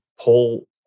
pull